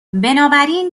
بنابراین